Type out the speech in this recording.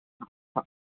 हा हा